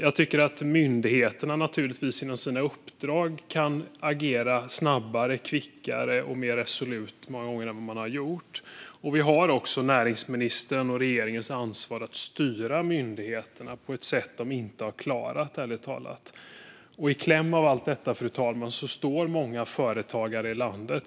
Jag tycker att myndigheterna inom sina uppdrag många gånger kan agera snabbare, kvickare och mer resolut än vad man har gjort. Vi har också näringsministerns och regeringens ansvar för att styra myndigheterna, vilket de ärligt talat inte har klarat. I kläm mellan allt detta, fru talman, står många företagare i landet.